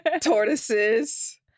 tortoises